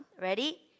Ready